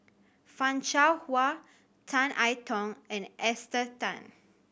Fan Shao Hua Tan I Tong and Esther Tan